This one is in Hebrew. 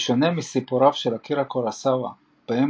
בשונה מסיפוריו של אקירה קורוסאווה בהם